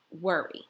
worry